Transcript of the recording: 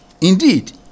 Indeed